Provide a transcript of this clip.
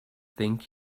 think